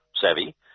savvy